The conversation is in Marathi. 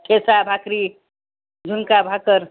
ठेचा भाकरी झुणका भाकर